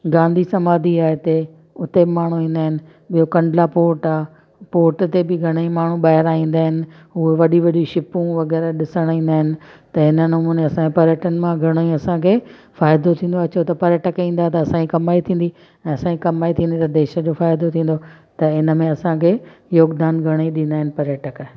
गांधी समाधि आहे हिते उते बि माण्हू ईंदा आहिनि ॿियो कमला पोट आहे पोट ते बि घणई माण्हू ॿाहिरां ईंदा आहिनि उहो वॾी वॾी शिपूं वग़ैरह ॾिसणु ईंदा आहिनि त इन नमूने असांजो पर्यटन मां घणेई असांखे फ़ाइदो थींदो आहे छो त पर्यटक ईंदा त असांजी कमाई थींदी ऐं असांजी कमाई थींदी त देश जो फ़ाइदो थींदो त इन में असांखे योगदान घणई ॾींदा आहिनि पर्यटक